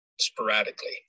sporadically